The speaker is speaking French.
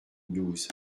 douze